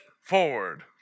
forward